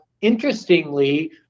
interestingly